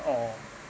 or